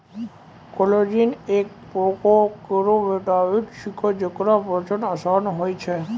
collagen एक परकार केरो विटामिन छिकै, जेकरा पचाना आसान होय छै